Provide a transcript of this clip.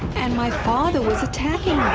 and my father was attacking